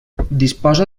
disposa